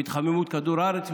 בהתחממות כדור הארץ.